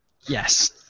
Yes